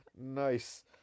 Nice